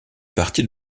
partie